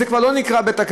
זה כבר לא נקרא בית-כנסת.